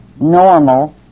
normal